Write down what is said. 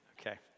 Okay